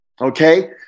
Okay